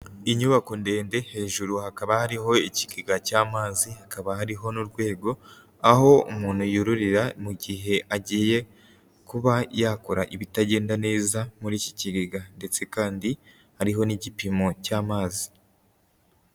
Inyubako ndende hejuru hakaba hariho ikigega cy'amazi hakaba hariho n'urwego, aho umuntu yururira mu gihe agiye kuba yakora ibitagenda neza muri iki kigega, ndetse kandi hariho n'igipimo cy'amazi.